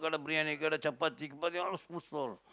kadai Briyani chapati kipaati all food stall